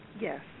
Yes